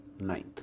ninth